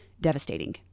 devastating